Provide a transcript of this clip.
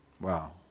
Wow